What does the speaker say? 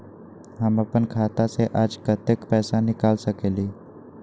हम अपन खाता से आज कतेक पैसा निकाल सकेली?